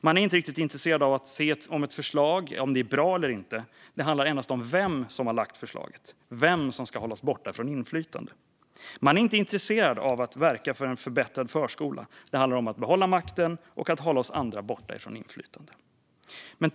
Man är inte riktigt intresserad av att se om ett förslag är bra eller inte. Det handlar endast om vem som har lagt fram förslaget och vem som ska hållas borta från inflytande. Man är inte intresserad av att verka för en förbättrad förskola. Det handlar om att behålla makten och om att hålla oss andra borta från inflytande.